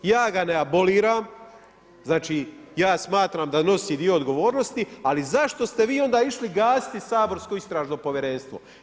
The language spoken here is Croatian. Ja ga ne aboliram, znači ja smatram da nosi dio odgovornosti, ali zašto ste vi onda išli gasiti saborsko Istražno povjerenstvo.